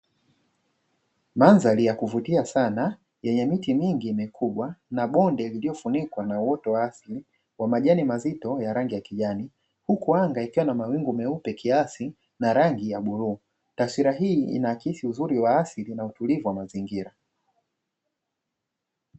Mandhari ya kuvutia sana, yenye miti mingi mikubwa na bonde lililofunikwa na uoto wa asili wa majani mazito ya rangi ya kijani, huku anga ikiwa na mawingu meupe kiasi ya rangi ya bluu. Taswira hii inaakisi uzuri wa asili na utulivu wa mazingira.